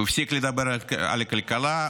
הוא הפסיק לדבר על הכלכלה,